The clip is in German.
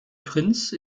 prince